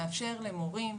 לאפשר למורים,